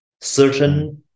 certain